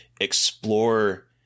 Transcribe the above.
explore